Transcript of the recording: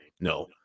no